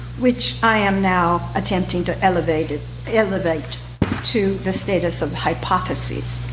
which i am now attempting to elevate elevate to the status of hypotheses.